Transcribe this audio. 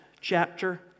chapter